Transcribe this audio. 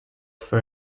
for